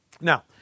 Now